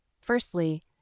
Firstly